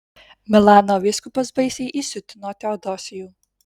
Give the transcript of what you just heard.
milano vyskupas baisiai įsiutino teodosijų